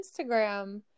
Instagram